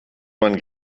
man